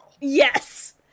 Yes